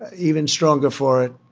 even stronger for it.